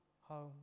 home